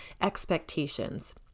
expectations